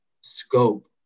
scope